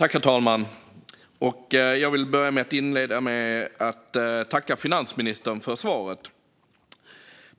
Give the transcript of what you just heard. Herr talman! Jag vill inleda med att tacka finansministern för svaret.